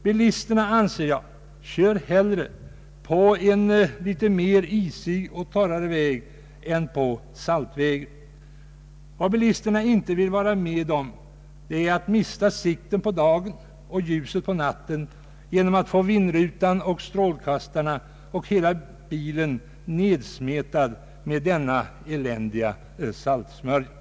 Bilisterna kör, enligt min mening, hellre på en litet mer isig men torr väg än på saltväg. Bilisterna vill inte vara med om att mista sikten på dagen och ljuset på natten genom att få vindrutan, strålkastarna och hela bilen nedsmetade med den eländiga saltsmörjan.